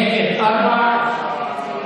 נגד, ארבעה.